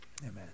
Amen